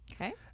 okay